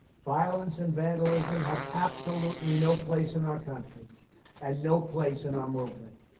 violence and vandalism have absolutely no place in our country and no place in our movement.